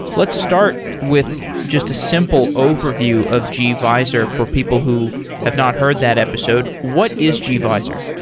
let's start with just a simple overview of gvisor for people who have not heard that episode. what is gvisor?